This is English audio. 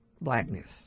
blackness